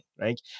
right